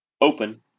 open